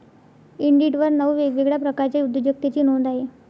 इंडिडवर नऊ वेगवेगळ्या प्रकारच्या उद्योजकतेची नोंद आहे